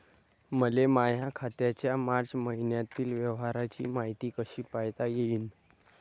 मले माया खात्याच्या मार्च मईन्यातील व्यवहाराची मायती कशी पायता येईन?